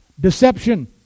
Deception